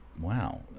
Wow